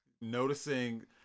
noticing